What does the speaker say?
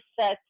set